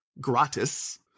gratis